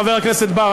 חבר הכנסת בר,